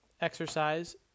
exercise